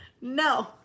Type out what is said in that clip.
No